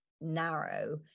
narrow